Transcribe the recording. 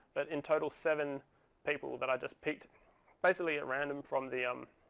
but in total, seven people that i just picked basically at random from the